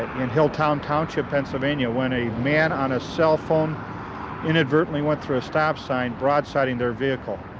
in hilltown township, pennsylvania, when a man on a cell phone inadvertently went through stop sign, broadsiding their vehicle,